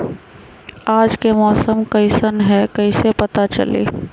आज के मौसम कईसन हैं कईसे पता चली?